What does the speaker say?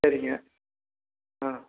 சரிங்க ஆ